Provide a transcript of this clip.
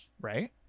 Right